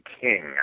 king